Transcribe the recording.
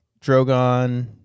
drogon